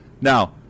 now